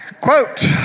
Quote